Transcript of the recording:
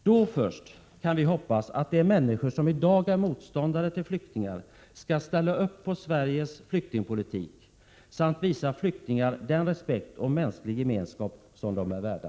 Då först kan vi hoppas att de människor som i dag är motståndare till flyktingar skall ställa upp bakom Sveriges flyktingpolitik samt visa flyktingar den respekt och erbjuda dem den mänskliga gemenskap som de är värda.